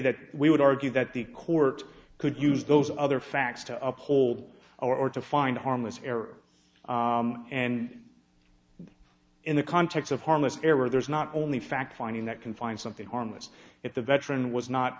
that we would argue that the court could use those other facts to uphold or to find a harmless error and in the context of harmless error there's not only fact finding that can find something harmless if the veteran was not